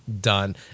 done